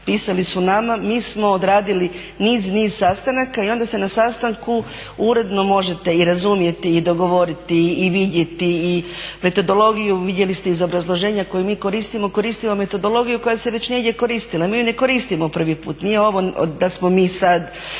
pisali su nama. Mi smo odradili niz, niz sastanaka. I onda se na sastanku uredno možete i razumjeti i dogovoriti i vidjeti i metodologiju. Vidjeli ste iz obrazloženja koje mi koristimo, koristimo metodologiju koja se već negdje koristila. I mi je ne koristimo prvi put. Nije ovo da smo mi sad